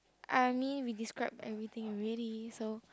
I mean we described everything already so